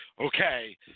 okay